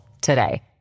today